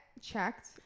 checked